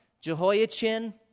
Jehoiachin